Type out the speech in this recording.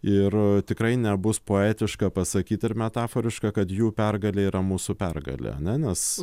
ir tikrai nebus poetiška pasakyt ir metaforiška kad jų pergalė yra mūsų pergalė ane nes